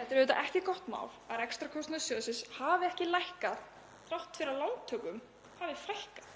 Það er auðvitað ekki gott mál að rekstrarkostnaður sjóðsins hafi ekki lækkað þrátt fyrir að lántökum hafi fækkað.